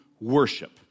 worship